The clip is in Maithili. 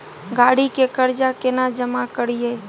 गाड़ी के कर्जा केना जमा करिए?